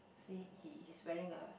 see he is wearing a